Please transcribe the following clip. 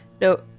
No